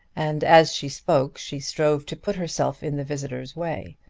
and as she spoke she strove to put herself in the visitor's way.